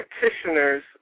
practitioners